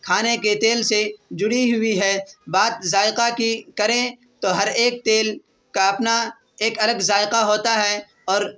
کھانے کے تیل سے جڑی ہوئی ہے بات ذائقہ کی کریں تو ہر ایک تیل کا اپنا ایک الگ ذائقہ ہوتا ہے اور